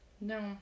no